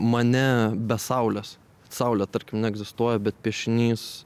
mane be saulės saulė tarkim neegzistuoja bet piešinys